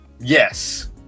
Yes